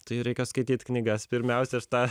tai reikia skaityt knygas pirmiausia aš tą